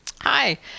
Hi